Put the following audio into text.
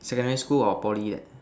secondary school or Poly